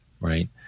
Right